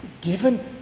Given